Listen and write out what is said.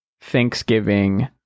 Thanksgiving